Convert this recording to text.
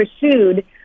pursued